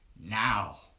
now